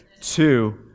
Two